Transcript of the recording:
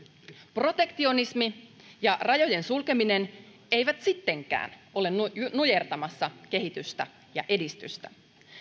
protektionismi ja rajojen sulkeminen eivät sittenkään ole nujertamassa kehitystä ja edistystä